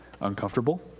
uncomfortable